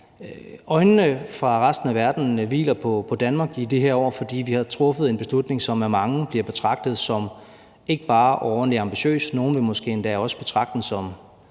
tror, at resten af verdens øjne hviler på Danmark i de her år, fordi vi har truffet en beslutning, som af mange bliver betragtet som ikke bare overordentlig ambitiøs, nogle vil endda måske også betragte den